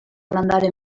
landare